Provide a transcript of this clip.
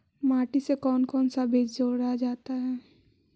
माटी से कौन कौन सा बीज जोड़ा जाता है?